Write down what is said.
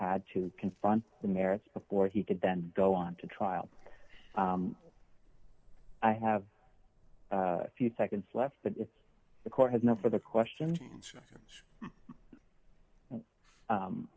had to confront the merits before he could then go on to trial i have a few seconds left but it's the court has enough for the question